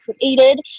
created